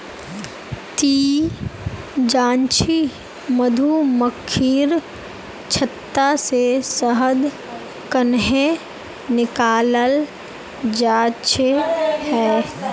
ती जानछि मधुमक्खीर छत्ता से शहद कंन्हे निकालाल जाच्छे हैय